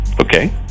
Okay